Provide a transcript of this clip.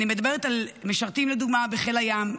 אני מדברת על משרתים לדוגמה בחיל הים,